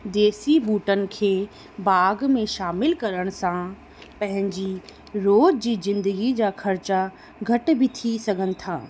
देसी बूटनि खे बाग़ में शामिल करण सां पंहिंजी रोज़ जी ज़िंदगी जा ख़र्चा घटी बि थी सघनि था